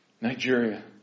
Nigeria